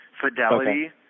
Fidelity